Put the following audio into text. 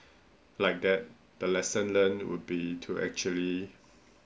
like that the lesson learnt would be to actually